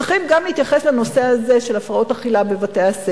צריכים להתייחס גם לנושא הזה של הפרעות אכילה בבתי-הספר.